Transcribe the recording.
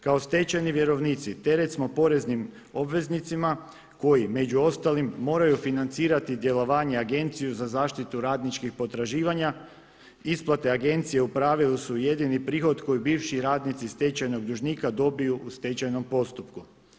Kao stečajni vjerovnici teret smo poreznim obveznicima koji među ostalim moraju financirati djelovanje Agencije za zaštitu radničkih potraživanja, isplate agencije u pravilu su jedini prihod koji bivši radnici stečajnog dužnika dobiju u stečajnom postupku.